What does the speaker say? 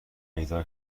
پیدا